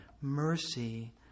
mercy